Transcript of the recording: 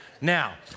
Now